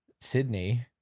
Sydney